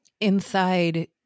Inside